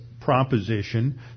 proposition